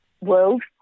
world